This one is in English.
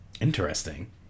Interesting